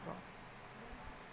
O clock